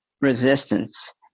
resistance